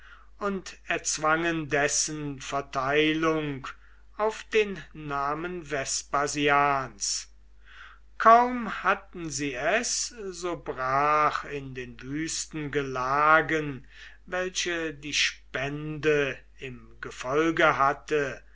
und erzwangen dessen verteilung auf den namen vespasians kaum hatten sie es so brach in den wüsten gelagen welche die spende im gefolge hatte